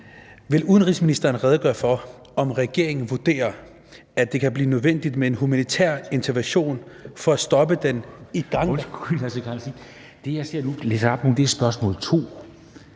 Vil udenrigsministeren redegøre for, om regeringen vurderer, at det kan blive nødvendigt med en humanitær intervention for at stoppe den igangværende ... Kl. 13:02 Formanden